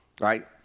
right